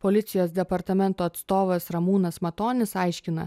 policijos departamento atstovas ramūnas matonis aiškina